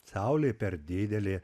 saulė per didelė